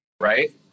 Right